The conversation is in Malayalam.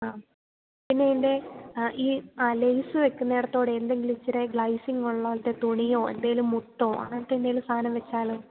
ആ പിന്നെ എൻ്റെ ഈ ലെയ്സ് വെയ്ക്കുന്നയിടത്ത് കൂടെ എന്തെങ്കിലും ഇത്തിരി ഗ്ലേസിങ്ങുള്ള മറ്റോ തുണിയോ എന്തെങ്കിലും മുത്തോ അങ്ങനത്തെ എന്തെങ്കിലും സാധനം വെച്ചാലോ